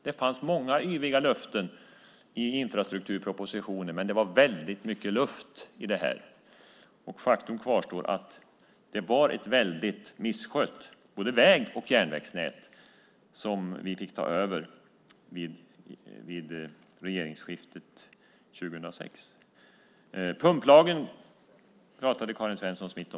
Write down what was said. Det fanns många yviga löften i infrastrukturpropositionen, men det var väldigt mycket luft i detta. Faktum kvarstår att det var ett väldigt misskött både väg och järnvägsnät som vi fick ta över vid regeringsskiftet 2006. Pumplagen pratade Karin Svensson Smith om.